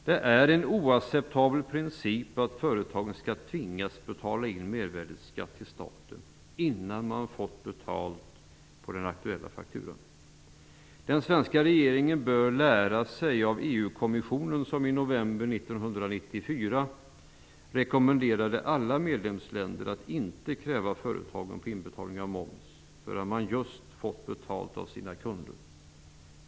Det är en oacceptabel princip att företagen skall tvingas betala in mervärdesskatt till staten innan man fått betalt för den aktuella fakturan. Den svenska regeringen bör lära sig av EU-kommissionen, som i november 1994 rekommenderade alla medlemsländer att inte kräva företagen på inbetalning av moms förrän man just fått betalt av sina kunder.